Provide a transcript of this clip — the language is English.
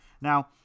Now